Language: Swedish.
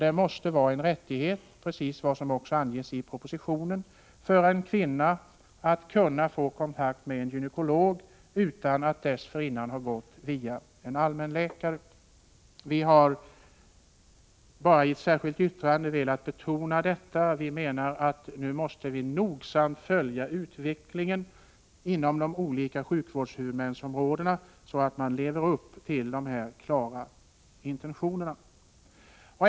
Det måste vara en kvinnas rättighet, precis som det anges i propositionen, att kunna få kontakt med en gynekolog utan att dessförinnan ha gått via en allmänläkare. Vi hari ett särskilt yttrande velat betona detta. Vi menar att vi nu nogsamt måste följa utvecklingen inom de olika sjukvårdshuvudmännens områden, så att sjukvårdshuvudmännen lever upp till dessa klara intentioner.